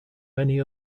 many